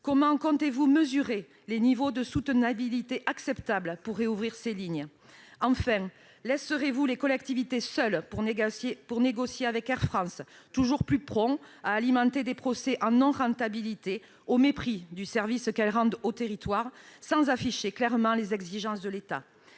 Comment comptez-vous mesurer les niveaux de soutenabilité acceptables pour rouvrir ces lignes ? Enfin, laisserez-vous les collectivités seules négocier avec Air France, toujours plus prompt à alimenter les procès en non-rentabilité de ces lignes, au mépris du service qu'elles rendent aux territoires, et sans afficher clairement les exigences de l'État ?